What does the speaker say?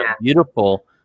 beautiful